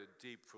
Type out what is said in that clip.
deep